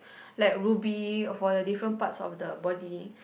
like ruby for your different parts of the body